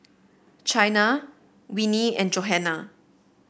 Chynna Winnie and Johannah